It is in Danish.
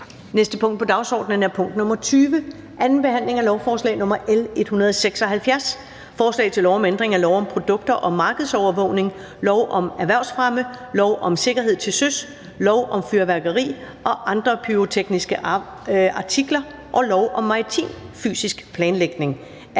næste punkt på dagsordenen er: 20) 2. behandling af lovforslag nr. L 176: Forslag til lov om ændring af lov om produkter og markedsovervågning, lov om erhvervsfremme, lov om sikkerhed til søs, lov om fyrværkeri og andre pyrotekniske artikler og lov om maritim fysisk planlægning.